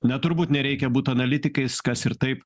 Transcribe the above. ne turbūt nereikia būt analitikais kas ir taip